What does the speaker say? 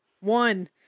one